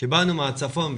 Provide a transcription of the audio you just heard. שבאנו מהצפון,